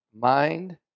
mind